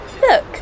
Look